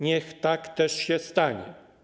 Niech tak też się stanie.